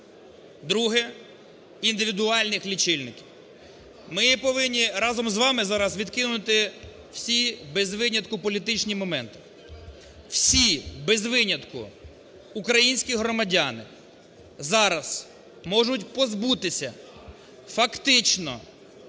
друге – індивідуальних лічильників. Ми повинні разом з вами відкинути всі без винятку політичні моменти. Всі, без винятку українські громадяни зараз можуть позбутися, фактично,